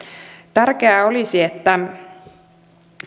tärkeää olisi että